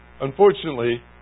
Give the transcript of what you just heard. Unfortunately